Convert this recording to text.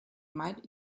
might